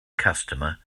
customer